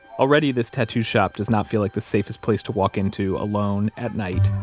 already, this tattoo shop does not feel like the safest place to walk into alone at night,